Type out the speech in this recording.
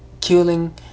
killing